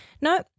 no